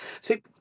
See